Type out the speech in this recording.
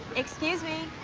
excuse me.